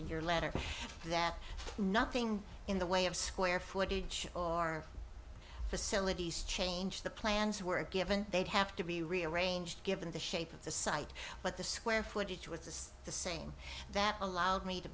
in your letter that nothing in the way of square footage or facilities changed the plans were given they'd have to be rearranged given the shape of the site but the square footage was the same that allowed me to